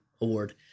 award